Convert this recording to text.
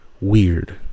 weird